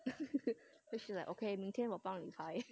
then she like okay 明天我帮你拍